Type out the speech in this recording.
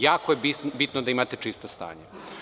Jako je bitno da imate čisto stanje.